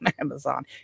Amazon